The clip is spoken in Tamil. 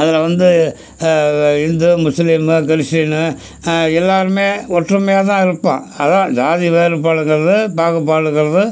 அதுல வந்து இந்து முஸ்லீமு கிறிஸ்டினு எல்லாருமே ஒற்றுமையாக தான் இருப்போம் அதான் ஜாதி வேறுபாடுங்கறது பாகுபாடுங்கறது